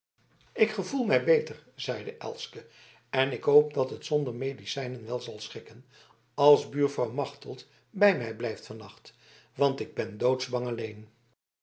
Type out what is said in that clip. ik gevoel mij beter zeide elske en ik hoop dat het zonder medicijnen wel zal schikken als buurvrouw machteld bij mij blijft van nacht want ik ben doodsbang alleen